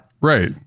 Right